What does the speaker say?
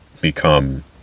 become